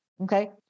Okay